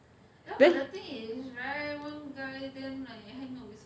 then